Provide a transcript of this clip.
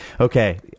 Okay